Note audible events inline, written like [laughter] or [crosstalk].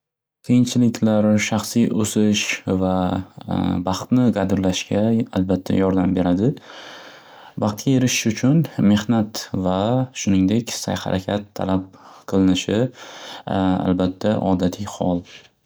Qiyinchiliklar shaxsiy o'sish va [hesitation] baxtni qadrlashga albatta yordam beradi. Baxtga erishish uchun mehnat va shuningdek sa'y-harakat talab qilinishi [hesitation] albatta odatiy hol.